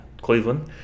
Cleveland